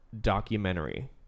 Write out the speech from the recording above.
documentary